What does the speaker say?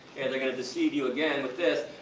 their gonna deceive you again with this.